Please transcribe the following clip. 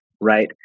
right